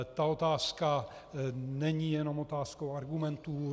Ta otázka není jenom otázkou argumentů.